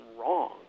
wrong